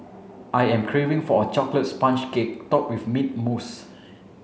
I am craving for a chocolate sponge cake topped with mint mousse